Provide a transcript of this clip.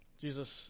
Jesus